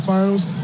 Finals